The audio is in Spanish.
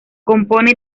compone